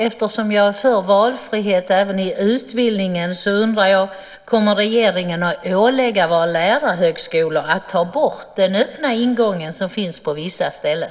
Eftersom jag är för valfrihet även i utbildningen undrar jag: Kommer regeringen att ålägga våra lärarhögskolor att ta bort den öppna ingången som finns på vissa ställen?